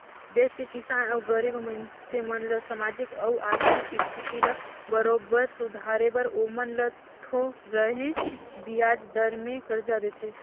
देस के किसान अउ गरीब मइनसे मन ल सामाजिक अउ आरथिक इस्थिति ल बरोबर सुधारे बर ओमन ल थो रहें बियाज दर में करजा देथे